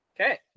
okay